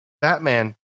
Batman